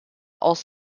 aus